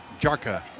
Jarka